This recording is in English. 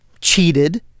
cheated